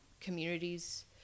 communities